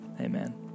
Amen